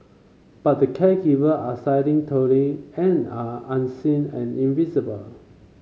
but the caregiver are silently toiling and are unseen and invisible